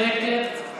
חברת הכנסת קטי שטרית.